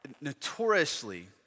notoriously